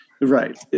right